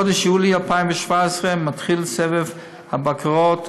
בחודש יולי 2017 התחיל סבב הבקרות